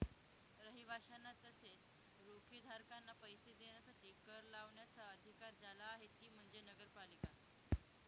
रहिवाशांना तसेच रोखेधारकांना पैसे देण्यासाठी कर लावण्याचा अधिकार ज्याला आहे ती म्हणजे नगरपालिका